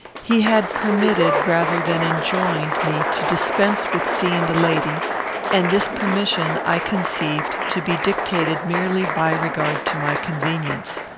he had permitted, rather than enjoined, me to dispense with seeing the lady and this permission i conceived to be dictated merely by regard to my convenience.